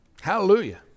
Hallelujah